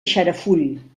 xarafull